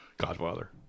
Godfather